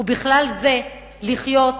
ובכלל זה לחיות,